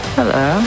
Hello